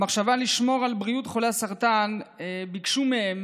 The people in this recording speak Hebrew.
במחשבה על לשמור על בריאות חולי הסרטן ביקשו מהם